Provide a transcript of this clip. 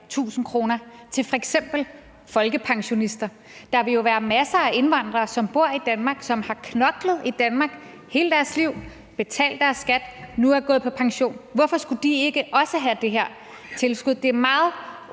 1.000 kr. til f.eks. folkepensionister? Der vil jo være masser af indvandrere, som bor i Danmark, som har knoklet i Danmark hele deres liv, betalt deres skat og nu er gået på pension. Hvorfor skulle de ikke også have det her tilskud? Det er